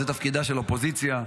זה תפקידה של אופוזיציה,